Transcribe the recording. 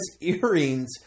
earrings